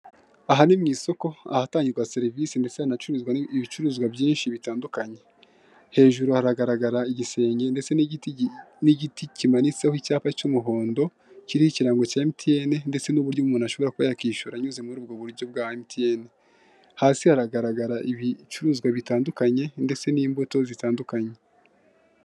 Aha ni mu isoko ahatangirwa serivisi ndetse hanacururizwa n'ibindi bicuruzwa byinshi bitandukanye, hejuru haragaragara igisenge ndetse n'igiti kimanitseho icyapa cy'umuhondo, kiriho ikirango cya emutiyeni ndetse n'uburyo umuntu ashobora kuba yakwishyura anyuze muri ubwo buryo bwa emutiyene, hasi haragaragara ibicuruzwa bitandukanye ndetse n'imbuto zitandukanye.